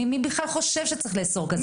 מי בכלל חושב שצריך לאסור דבר כזה.